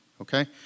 okay